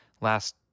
last